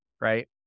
right